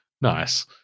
Nice